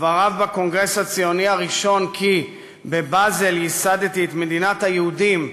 דבריו בקונגרס הציוני הראשון כי "בבאזל ייסדתי את מדינת היהודים"